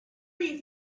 you